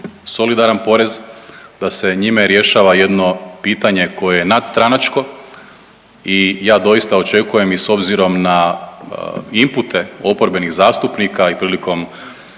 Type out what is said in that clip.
solidaran porez, da se njime rješava jedno pitanje koje je nadstranačko i ja doista očekujem i s obzirom na inpute oporbenih zastupnika i prilikom